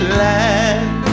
land